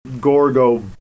Gorgo